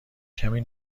کمی